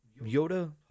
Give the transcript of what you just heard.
Yoda